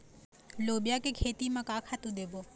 लोबिया के खेती म का खातू देबो?